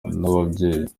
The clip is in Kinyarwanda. nyababyeyi